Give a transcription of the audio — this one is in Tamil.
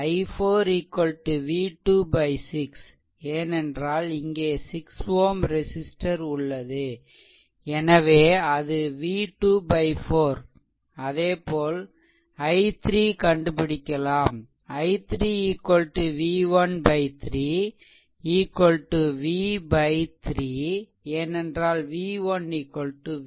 i4 v2 6 ஏனென்றால் இங்கே 6 Ω ரெசிஸ்ட்டர் உள்ளது எனவே அது v2 4 அதேபோல் i3 கண்டுபிடிக்கலாம் i3 v1 3 v 3 ஏனென்றால் v1 v